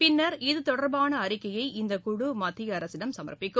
பின்னா் இது தொடா்பான அறிக்கையை இந்த குழு மத்திய அரசிடம் சமா்ப்பிக்கும்